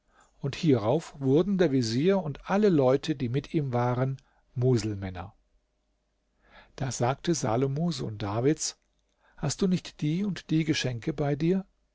und hierauf wurden der vezier und alle leute die mit ihm waren muselmänner man muß hier muselmann nicht mit mohammedaner verwechseln die araber glauben daß alle früheren propheten muselmänner waren d h gott ergebene leute von islam sich ergeben da sagte salomo sohn davids hast du nicht die und die geschenke bei dir